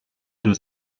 deux